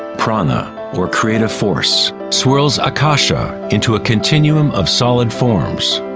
prana, or creative force, swirls akasha into a continuum of solid forms.